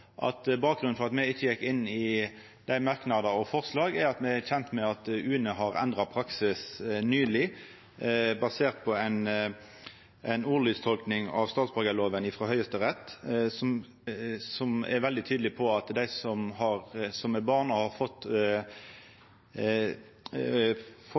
at me er kjende med at UNE nyleg har endra praksis, basert på ei ordlydstolking av statsborgarloven frå Høgsterett, som er veldig tydeleg på at dei som er barn, og som har fått